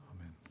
Amen